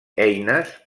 eines